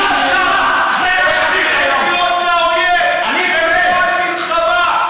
העביר ידיעות לאויב בזמן מלחמה,